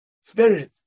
spirit